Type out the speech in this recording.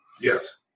Yes